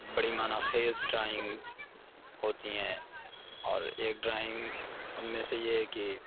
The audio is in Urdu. بڑی معنی خیز ڈرائنگ ہوتی ہیں اور ایک ڈرائنگ ان میں سے یہ ہے کہ